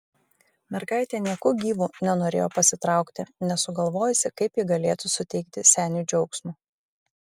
mergaitė nieku gyvu nenorėjo pasitraukti nesugalvojusi kaip ji galėtų suteikti seniui džiaugsmo